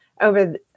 over